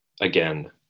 again